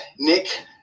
Nick